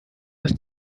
ist